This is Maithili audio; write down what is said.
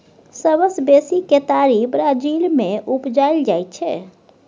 सबसँ बेसी केतारी ब्राजील मे उपजाएल जाइ छै